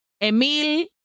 Emil